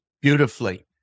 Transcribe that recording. beautifully